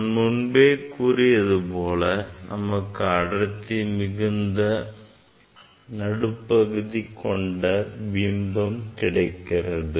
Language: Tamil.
நான் முன்பே கூறியது போல நமக்கு அதிக அடர்த்தி மிகுந்த நடுப்பகுதி கொண்ட பிம்பம் கிடைக்க வேண்டும்